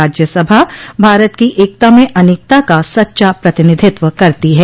राज्य सभा भारत की एकता में अनेकता का सच्चा प्रतिनिधित्व करती है